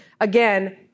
Again